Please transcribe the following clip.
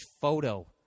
photo